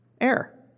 air